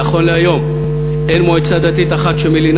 נכון להיום אין מועצה דתית אחת שמלינה